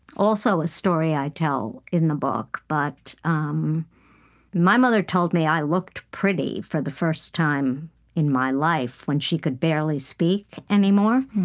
also a story i tell in the book but um my mother told me i looked pretty for the first time in my life when she could barely speak anymore.